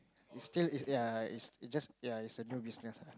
it still ya it it just ya it's a new business ah